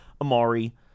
Amari